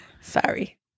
Sorry